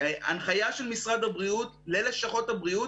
הנחיה של משרד הבריאות ללשכות הבריאות,